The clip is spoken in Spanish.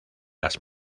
las